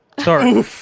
Sorry